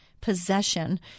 possession